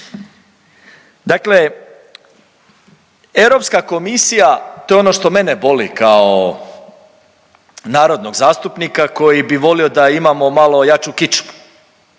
Dakle, Europska komisija to je ono što mene boli kao narodnog zastupnika koji bi volio da imamo malo jaču kičmu